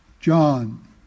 John